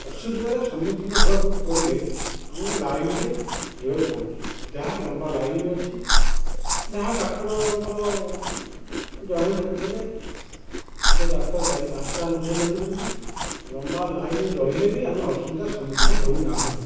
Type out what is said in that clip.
ଅସୁବିଧାରେ ସମ୍ମୁଖୀନ ହବାକୁ ପଡ଼ିଲେ ଆମକୁ ଲାଇନୀରେ ଯିବାକୁ ପଡ଼ୁଛି ଯାହା ଲମ୍ବା ଲାଇନୀ ବି ଅଛି ଯାହା ଡାକ୍ତରଙ୍କର ଜଣେ ଦେଖୁଥିଲେ ଏବେ ଡାକ୍ତର ଚାରି ପାଞ୍ଚଟା ମଧ୍ୟ ଦେଖୁଛନ୍ତି ଲମ୍ବା ଲାଇନୀ ରହିଲେ ବି ଆମେ ଅସୁବିଧା ସମ୍ମୁଖୀନ ହେଉ ନାହୁଁ